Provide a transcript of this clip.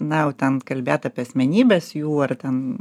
na jau ten kalbėt apie asmenybes jų ar ten